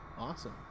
Awesome